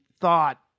thought